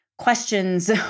questions